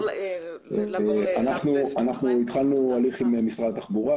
אנחנו גם התחלנו הליך עם משרד התחבורה.